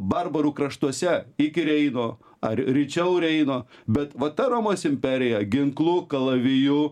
barbarų kraštuose iki reino ar ryčiau reino bet va ta romos imperija ginklu kalaviju